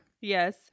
yes